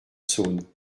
saône